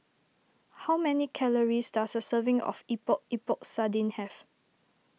how many calories does a serving of Epok Epok Sardin have